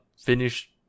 Finish